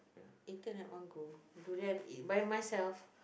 eaten at one go durian eat by myself